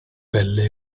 pelle